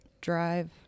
drive